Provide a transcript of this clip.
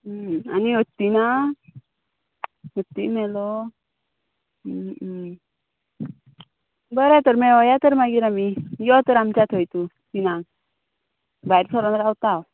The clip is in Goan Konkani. आनी हत्ती ना हत्तीय मेलो बरें तर मेळोया तर मागीर आमी यो तर आमच्या थंय तूं तिनांक भायर सरोन रावता हांव